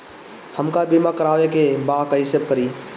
हमका बीमा करावे के बा कईसे करी?